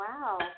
Wow